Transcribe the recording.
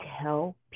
tell